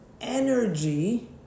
energy